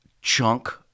chunk